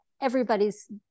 everybody's